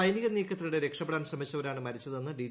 സൈനിക നീക്കത്തിനിടെ രക്ഷപ്പെ ടാൻ ശ്രമിച്ചവരാണ് മരിച്ചതെന്ന് ഡി